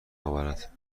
اورد